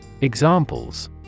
Examples